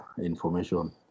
information